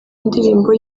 indirimbo